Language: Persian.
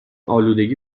آلودگی